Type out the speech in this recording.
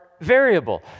variable